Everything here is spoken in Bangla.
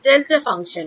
delta function